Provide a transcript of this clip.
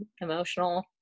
emotional